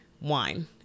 wine